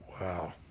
Wow